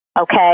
okay